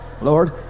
Lord